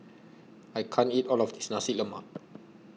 I can't eat All of This Nasi Lemak